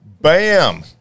Bam